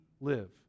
live